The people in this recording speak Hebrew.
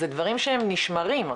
זה דברים שהם נשמרים,